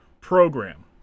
program